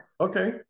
Okay